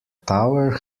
tower